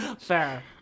Fair